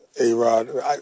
A-Rod